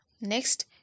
Next